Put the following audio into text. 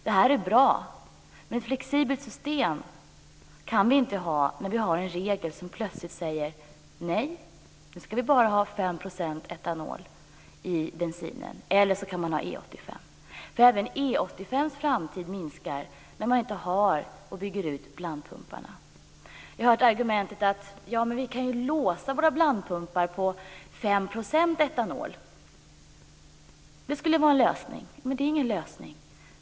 Men vi kan inte ha ett flexibelt system när vi har en regel som säger: Nej, nu ska vi bara ha 5 % etanol i bensinen, eller också kan man ha E 85. Även E 85:s framtid minskar när man inte bygger ut blandpumparna. Vi har hört argumentet: Ja, men vi kan ju låsa blandpumparna vid 5 % etanol. Det är ingen lösning.